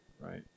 right